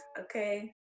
okay